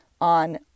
on